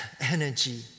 energy